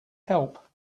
help